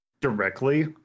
directly